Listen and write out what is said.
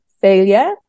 failure